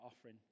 offering